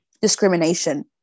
discrimination